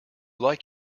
like